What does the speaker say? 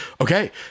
okay